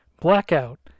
blackout